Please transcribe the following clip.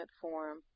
form